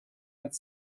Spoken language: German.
als